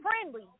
friendly